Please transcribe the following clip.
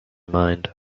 mind